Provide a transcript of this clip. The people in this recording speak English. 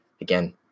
Again